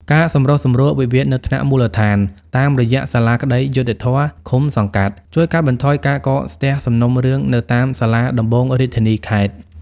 ការសម្រុះសម្រួលវិវាទនៅថ្នាក់មូលដ្ឋានតាមរយៈសាលាក្ដីយុត្តិធម៌ឃុំ-សង្កាត់ ជួយកាត់បន្ថយការកកស្ទះសំណុំរឿងនៅតាមសាលាដំបូងរាជធានី-ខេត្ត។